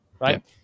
right